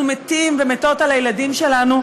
אנחנו מתים ומתות על הילדים שלנו,